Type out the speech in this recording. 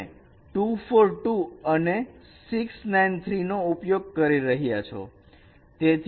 તમે 2 4 2 અને 6 9 3 નો ઉપયોગ કરી રહ્યા છો